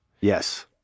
Yes